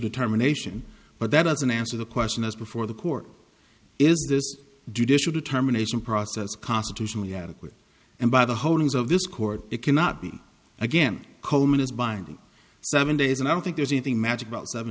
determination but that doesn't answer the question as before the court is this judicial determination process constitutionally adequate and by the holies of this court it cannot be again coleman is buying seven days and i don't think there's anything magic about seven